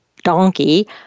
Donkey